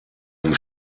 die